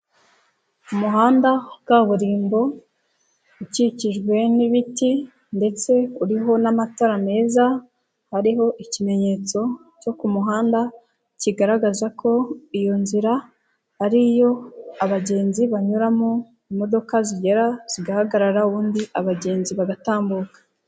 Umuhanda wa kaburimbo, ukikijwe n'ibiti ndetse uriho n'amatara meza, hariho ikimenyetso cyo ku muhanda kigaragaza ko iyo nzira ari iyo abagenzi banyuramo, imodoka zigera zigahagarara ubundi abagenzi bagatambuka.